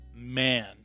Man